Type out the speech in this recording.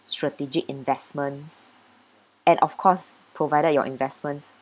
strategic investments and of course provided your investments